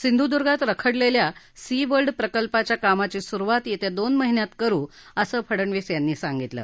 सिंधुद्र्गात रखडलेल्या sea world प्रकल्पाच्या कामाची सुरुवात येत्या दोन महिन्यात करू असं फडणवीस यांनी सांगितलं